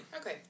Okay